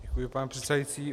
Děkuji, pane předsedající.